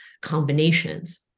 combinations